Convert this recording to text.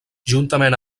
juntament